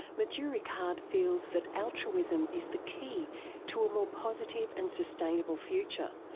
matthieu ricard feels that altruism is the key to a more positive and sustainable future,